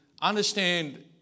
understand